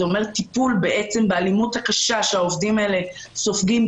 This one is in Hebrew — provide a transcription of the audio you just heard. זה אומר: טיפול באלימות הקשה שהעובדים האלה סופגים,